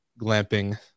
glamping